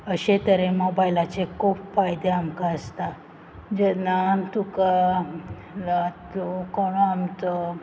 अशें तरेन मोबायलाचे खूब फायदे आमकां आसतात जेन्ना आमी तुका म्हळ्या तूं कोणूय आमचो